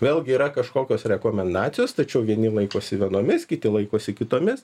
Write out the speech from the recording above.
vėlgi yra kažkokios rekomendacijos tačiau vieni laikosi vienomis kiti laikosi kitomis